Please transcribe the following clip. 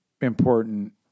important